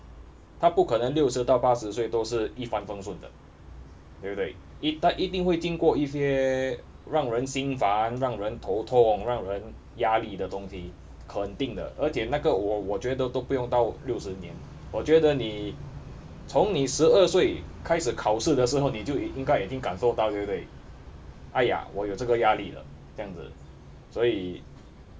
他不可能六十到八十岁都是一帆风顺的对不对一他一定会经过一些让人心烦让人头痛让人压力的东西肯定的而且那个我我觉得都不用到六十年我觉得你从你十二岁开始考试的时候你就应该感受到对不对哎呀我有这个压力了酱子所以